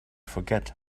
forget